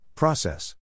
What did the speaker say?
Process